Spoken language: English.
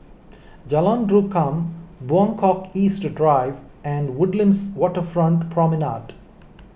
Jalan Rukam Buangkok East Drive and Woodlands Waterfront Promenade